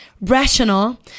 rational